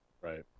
Right